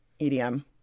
EDM